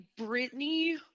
Britney